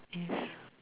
yes